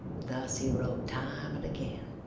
thus he wrote time and again,